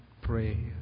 pray